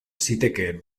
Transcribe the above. zitekeen